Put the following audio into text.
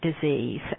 disease